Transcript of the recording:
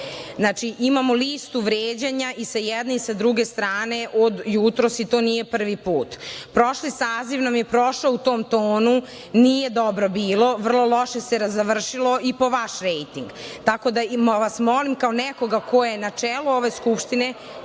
Znači, imamo listu vređanja i sa jedne i sa druge strane od jutros i to nije prvi put. Prošli saziv nam je prošao u tom tonu, nije dobro bilo, vrlo loše se završilo i po vaš rejting, tako da vas molim kao nekoga ko je na čelu ove Skupštine,